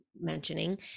mentioning